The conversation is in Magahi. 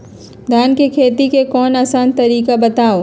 धान के खेती के कोई आसान तरिका बताउ?